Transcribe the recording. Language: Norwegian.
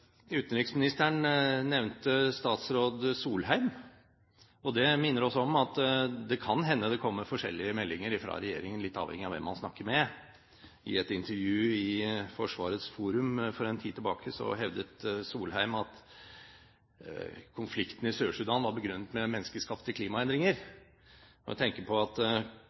Utenriksministeren nevnte statsråd Solheim. Det minner oss om at det kan hende det kommer forskjellige meldinger fra regjeringen litt avhengig av hvem man snakker med. I et intervju i Forsvarets forum for en tid tilbake hevdet Solheim at konflikten i Sør-Sudan var begrunnet i menneskeskapte klimaendringer. Når en tenker på at